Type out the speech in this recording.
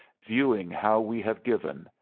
viewing how we have given,